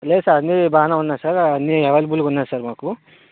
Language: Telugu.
లేదు సార్ అన్నీ బాగానే ఉన్నాయి సార్ అన్నీ అవైలబుల్గా ఉన్నాయి సార్ మాకు